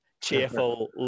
cheerful